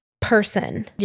person